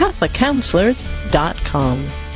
CatholicCounselors.com